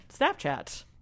Snapchat